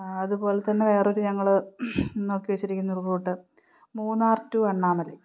അതുപോലെ തന്നെ വേറെയൊരു ഞങ്ങള് നോക്കിവെച്ചിരിക്കുന്ന ഒരു റൂട്ട് മൂന്നാർ ടു ആനമലൈ